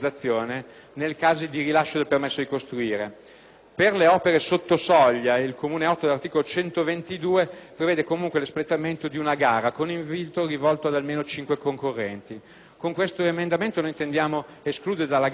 del decreto legislativo n. 163 del 2006 prevede comunque l'espletamento di una gara, con invito rivolto ad almeno cinque concorrenti. Con questo emendamento, noi intendiamo escludere dalla gara le opere di urbanizzazione sotto soglia,